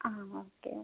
ആ okay okay